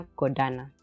godana